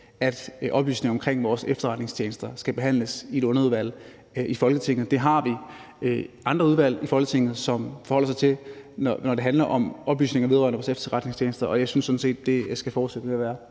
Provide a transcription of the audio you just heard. at oplysninger omkring vores efterretningstjenester skal behandles i et underudvalg i Folketinget. Det har vi andre udvalg i Folketinget, som kan gøre, når det handler om oplysninger vedrørende vores efterretningstjenester, og jeg synes sådan set, at det skal fortsætte med at være